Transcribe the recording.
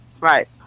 Right